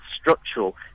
structural